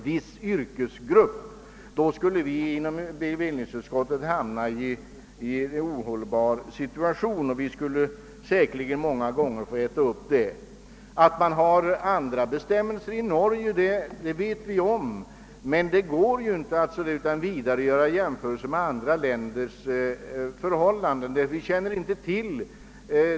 Vi skulle i annat fall inom bevillningsutskottet hamna i en ohållbar situation, och vi skulle säkerligen många gånger få äta upp ett sådant ställningstagande. Att man har andra bestämmelser i Norge känner vi till. Men det går inte att utan vidare göra jämförelser med förhållandena i andra länder.